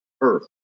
earth